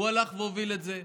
הוא הלך והוביל את זה.